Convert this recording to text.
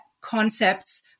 concepts